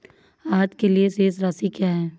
आज के लिए शेष राशि क्या है?